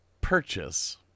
purchase